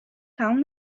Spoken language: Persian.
تموم